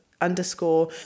underscore